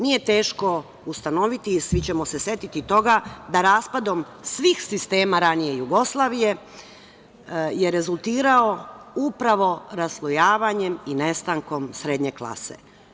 Nije teško ustanoviti, svi ćemo se setiti toga, da raspadom svih sistema ranije Jugoslavije je rezultirao upravo raslojavanjem i nestankom srednje klase.